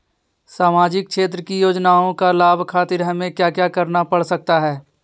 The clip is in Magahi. सामाजिक क्षेत्र की योजनाओं का लाभ खातिर हमें क्या क्या करना पड़ सकता है?